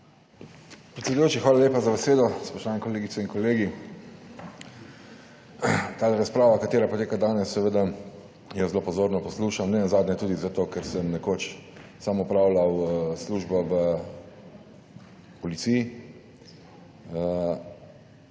Predsedujoči, hvala lepa za besedo. Spoštovane kolegice in kolegi! Ta razprava, katera poteka danes seveda jaz zelo pozorno poslušam, nenazadnje tudi zato, ker sem nekoč sam opravljal službo v policiji.